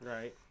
Right